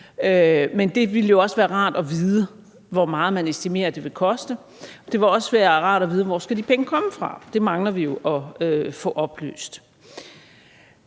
men det ville jo være rart at vide, hvor meget man estimerer det vil koste. Det vil også være rart at vide, hvor de penge skal komme fra, for det mangler vi at få oplyst.